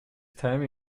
time